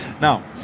Now